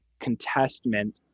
contestment